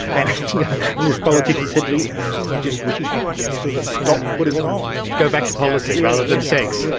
and yeah and this politician said to me, i just wish he'd yeah so stop putting it on. go back to policy rather than sex. yeah